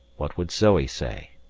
what would zoe say?